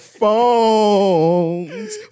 phones